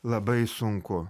labai sunku